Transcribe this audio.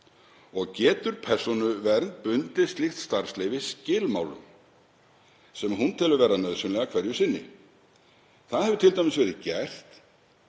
og getur Persónuvernd bundið slíkt starfsleyfi þeim skilmálum sem hún telur vera nauðsynlega hverju sinni. Það hefur t.d. verið gert